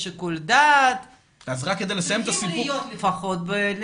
יש שיקול דעת צריך להיות לפחות.